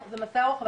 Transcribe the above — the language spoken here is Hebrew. זה מסע ארוך,